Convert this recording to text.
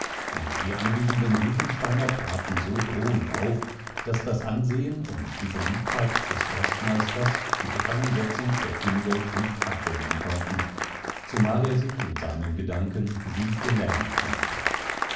und die anwesenden ruechensteiner traten so drohend auf daß das ansehen und die beliebtheit des forstmeisters die gefangensetzung der küngolt nicht abwenden konnten zumal er sich in seinen gedanken wie gelähmt fühlte